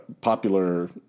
popular